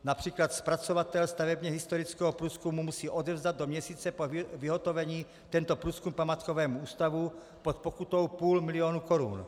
Například zpracovatel stavebně historického průzkumu musí odevzdat do měsíce po vyhotovení tento průzkum památkovému ústavu pod pokutou půl milionu korun.